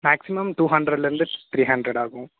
maximum two ஹண்ட்ரேட்லேருந்து three hundred ஆகும்